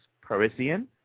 Parisian